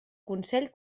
consell